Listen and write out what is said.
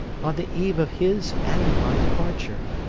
on the eve of his and my departure.